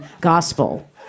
gospel